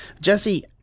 jesse